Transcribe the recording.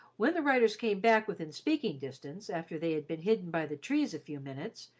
when the riders came back within speaking distance, after they had been hidden by the trees a few minutes,